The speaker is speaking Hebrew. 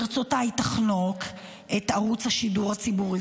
ברצותה היא תחנוק את ערוץ השידור הציבורי,